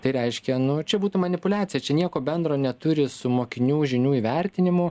tai reiškia nu čia būtų manipuliacija čia nieko bendro neturi su mokinių žinių įvertinimu